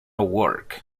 work